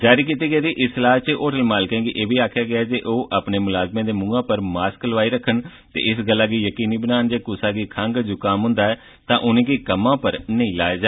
जारी कीती गेदी इस सलाह च होटल मालकें गी आखेआ गेआ ऐ जे ओह् अपने मुलाजमें दे मुंहै पर मास्क लोआई रक्खन ते इस गल्लै गी यकीनी बनान जे कुसै गी खंग जुकाम हुंदा ऐ तां उनें'गी कम्मै पर नेई लाया जा